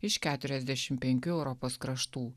iš keturiasdešim penkių europos kraštų